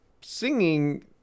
singing